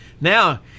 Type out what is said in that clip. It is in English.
Now